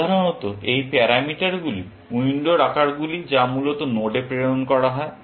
সাধারণত এই প্যারামিটারগুলি উইন্ডোর আকারগুলি যা মূলত নোডে প্রেরণ করা হয়